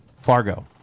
Fargo